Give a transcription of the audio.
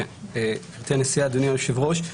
כבוד הנשיאה, אדוני היושב-ראש,